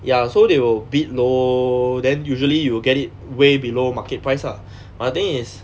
ya so they will bid low then usually you will get it way below market price lah but the thing is